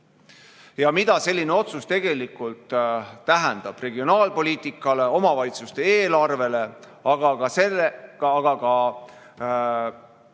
Mida selline otsus tegelikult tähendab regionaalpoliitikale, omavalitsuste eelarvele, aga ka meie lastele